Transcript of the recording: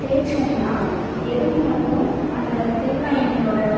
தேய்ச்சோம்னா எறும்பு மட்டும் அந்த தேங்காய் எண்ணெயோடு